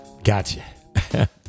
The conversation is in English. Gotcha